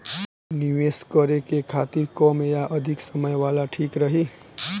निवेश करें के खातिर कम या अधिक समय वाला ठीक रही?